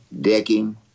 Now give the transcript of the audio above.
Decking